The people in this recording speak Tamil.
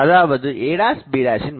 அதாவது a b